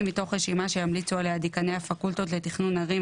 מתוך רשימה שימליצו עליה דיקני הפקולטות לתכנון ערים,